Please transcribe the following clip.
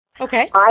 Okay